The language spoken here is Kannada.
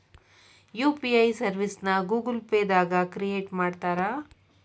ಯು.ಪಿ.ಐ ಸರ್ವಿಸ್ನ ಗೂಗಲ್ ಪೇ ದಾಗ ಕ್ರಿಯೇಟ್ ಮಾಡ್ತಾರಾ